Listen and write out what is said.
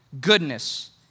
goodness